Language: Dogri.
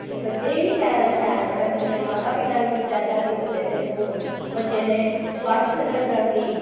ते बच्चें बी चाहिदा शैल पढ़न ते उं'दे माता पिता गी बी चाहिदा कि बच्चें दे बच्चें दे स्वास्थ्य दे प्रति